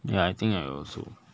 ya I think I also